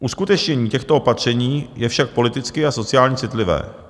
Uskutečnění těchto opatření je však politicky a sociálně citlivé.